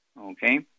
okay